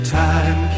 time